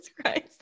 Christ